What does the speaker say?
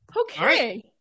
Okay